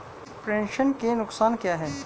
प्रेषण के नुकसान क्या हैं?